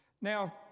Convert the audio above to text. Now